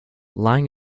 lange